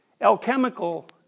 alchemical